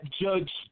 Judge